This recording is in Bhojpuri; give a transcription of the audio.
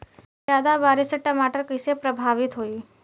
ज्यादा बारिस से टमाटर कइसे प्रभावित होयी?